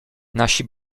nasi